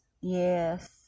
Yes